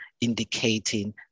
indicating